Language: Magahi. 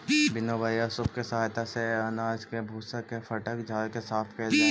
विनोवर या सूप के सहायता से अनाज के भूसा के फटक झाड़ के साफ कैल जा हई